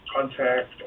Contact